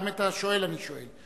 גם את השואל אני שואל,